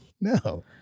No